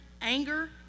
anger